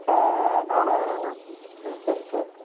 நானும் சரி சார்